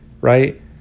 right